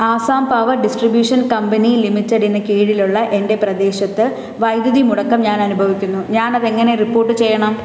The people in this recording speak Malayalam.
ആസാം പവർ ഡിസ്ട്രിബ്യൂഷൻ കമ്പനി ലിമിറ്റഡിന് കീഴിലുള്ള എന്റെ പ്രദേശത്ത് വൈദ്യുതി മുടക്കം ഞാൻ അനുഭവിക്കുന്നു ഞാൻ അതെങ്ങനെ റിപ്പോട്ട് ചെയ്യണം